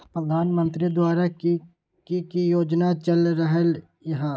प्रधानमंत्री द्वारा की की योजना चल रहलई ह?